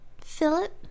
Philip